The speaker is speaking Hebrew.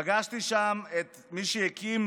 פגשתי שם את מי שהקים